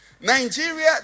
Nigeria